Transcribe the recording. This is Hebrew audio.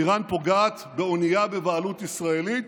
איראן פוגעת באונייה בבעלות ישראלית?